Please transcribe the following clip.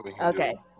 Okay